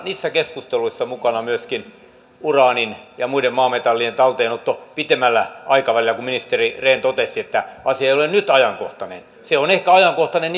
niissä keskusteluissa mukana myöskin uraanin ja muiden maametallien talteenotto pitemmällä aikavälillä kun ministeri rehn totesi että asia ei ole nyt ajankohtainen se on ehkä ajankohtainen